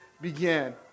began